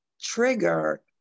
trigger